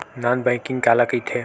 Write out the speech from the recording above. Non banking काला कइथे?